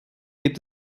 gibt